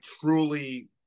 truly